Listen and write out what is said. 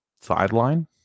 sideline